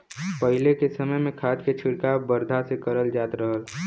पहिले के समय में खाद के छिड़काव बरधा से करल जात रहल